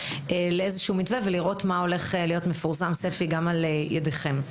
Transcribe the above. לאיזשהו מתווה ולראות מה הולך להיות מפורסם גם על ידיכם,